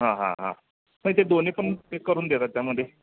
हां हां हां नाही ते दोन्ही पण करून देतात त्यामध्ये